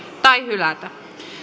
tai hylätä